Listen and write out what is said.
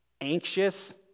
anxious